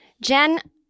Jen